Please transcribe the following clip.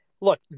look